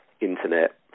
internet